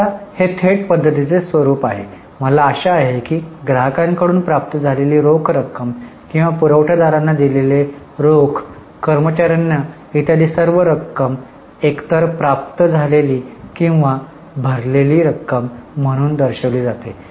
आता हे थेट पध्दतीचे स्वरुप आहे मला आशा आहे की ग्राहकांकडून प्राप्त झालेली रोख रक्कम किंवा पुरवठादारांना दिलेला रोख कर्मचार्यांना इत्यादी सर्व रक्कम एकतर प्राप्त झालेली किंवा भरलेली रक्कम म्हणून दर्शविली जाते